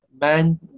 man